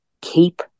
keep